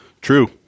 True